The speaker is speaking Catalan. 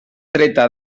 dreta